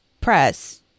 press